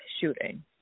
shooting